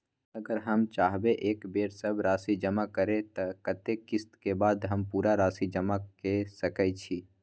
अगर हम चाहबे एक बेर सब राशि जमा करे त कत्ते किस्त के बाद हम पूरा राशि जमा के सके छि?